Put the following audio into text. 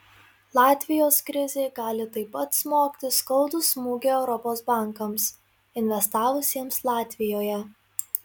latvijos krizė gali taip pat smogti skaudų smūgį europos bankams investavusiems latvijoje